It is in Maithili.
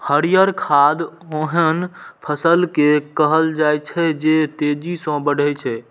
हरियर खाद ओहन फसल कें कहल जाइ छै, जे तेजी सं बढ़ै छै